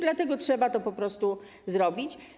Dlatego trzeba to po prostu zrobić.